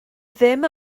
ddim